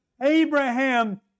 Abraham